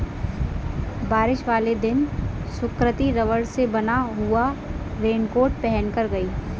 बारिश वाले दिन सुकृति रबड़ से बना हुआ रेनकोट पहनकर गई